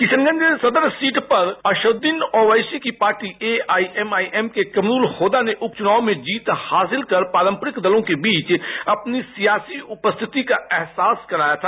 किशनगंज सदर सीट पर असद उद्दीन ओवैसी की पार्टी एआइएमआईएम के कमरुल होदा ने उपच्रनाव में जीत हासिल कर पारंपरिक दलों के बीच अपनी सियासी उपस्थिति का एहसास कराया था